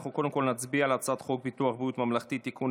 אנחנו קודם כול נצביע על הצעת חוק ביטוח בריאות ממלכתי (תיקון,